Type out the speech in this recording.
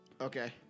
Okay